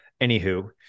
Anywho